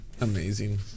Amazing